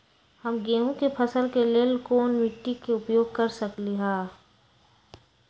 हम गेंहू के फसल के लेल कोन मिट्टी के उपयोग कर सकली ह?